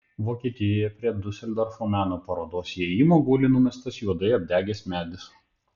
vokietijoje prie diuseldorfo meno parodos įėjimo guli numestas juodai apdegęs medis